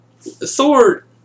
Thor